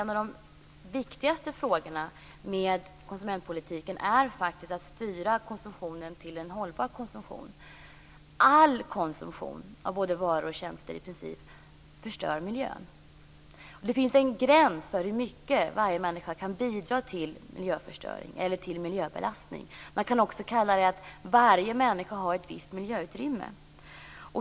En av de viktigaste uppgifterna för konsumentpolitiken är enligt Miljöpartiet att styra konsumtionen till att bli en hållbar konsumtion. I princip all konsumtion av både varor och tjänster förstör miljön. Det finns en gräns för hur mycket varje människa kan bidra med till miljöförstöring eller miljöbelastning. Man kan också säga att varje människa har ett visst miljöutrymme.